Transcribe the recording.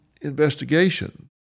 investigation